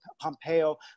Pompeo